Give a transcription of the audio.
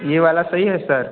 ये वाला सही है सर